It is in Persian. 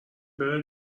بره